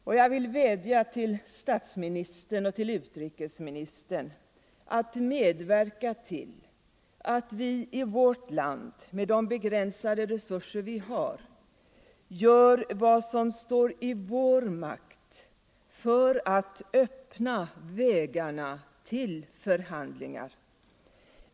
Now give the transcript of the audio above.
Jag vill vädja till statsministern och till utrikesministern att medverka till att vi i vårt land — med de begränsade resurser vi har — gör vad som står i vår makt för att öppna vägarna till förhandlingar.